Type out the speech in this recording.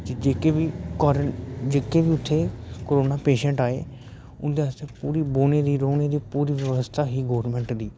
जेह्के बी जेह्के बी उत्थै करोना पेशैंट आए उं'दे आस्तै पूरी बौह्ने दी रौह्ने दी पूरी बवस्था ही गौरमैंट दी